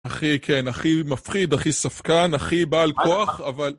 אחי, כן, אחי מפחיד, אחי ספקן, אחי בעל כוח, אבל...